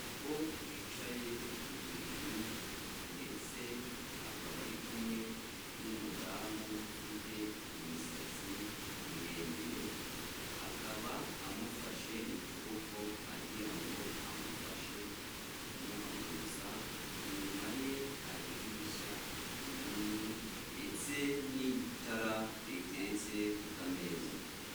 Umugabo wicaye ku buriri ndetse akaba ari kumwe n'umudamu ufite imisatsi miremire, akaba amufashe mu kuboko agira ngo amufashe kumuhagurutsa, inyuma ye hari idirishya rinini ndetse n'itara riteretse ku kameza.